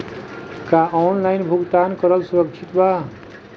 का ऑनलाइन भुगतान करल सुरक्षित बा?